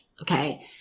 Okay